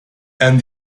and